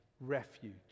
refuge